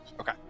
Okay